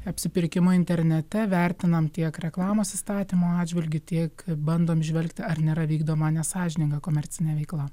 apsipirkimu internete vertinam tiek reklamos įstatymo atžvilgiu tiek bandom įžvelgti ar nėra vykdoma nesąžininga komercinė veikla